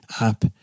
app